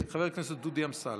חבר הכנסת דודי אמסלם.